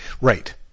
right